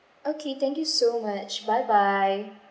okay thank you so much bye bye